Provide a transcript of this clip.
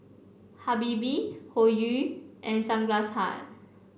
Habibie Hoyu and Sunglass Hut